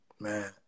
Man